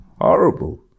Horrible